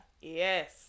Yes